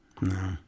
No